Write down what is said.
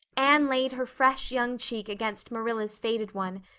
anne laid her fresh young cheek against marilla's faded one,